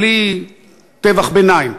בלי תווך ביניים.